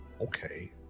Okay